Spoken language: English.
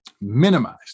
Minimized